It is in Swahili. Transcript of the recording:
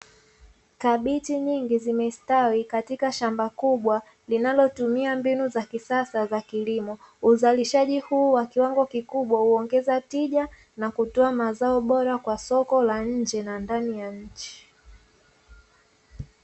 Kabichi nyingi zimestawi katika shamba kubwa linalotumia mbinu za kisasa za kilimo uzalishaji huu wa kiwango kikubwa huongeza tija na kutoa mazao bora kwa soko la nje na ndani ya nchi.